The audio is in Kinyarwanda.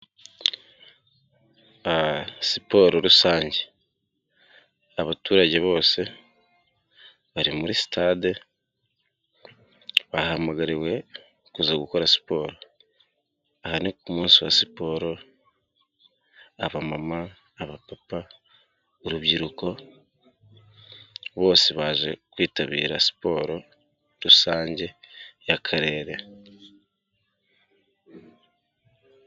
Siporo rusange abaturage bose bari muri sitade bahamagariwe kuza gukora siporo, aha ku munsi wa siporo abamama, abapapa, urubyiruko, bose baje kwitabira siporo rusange y'akarere.